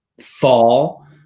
fall